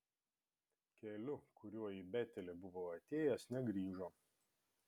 keliu kuriuo į betelį buvo atėjęs negrįžo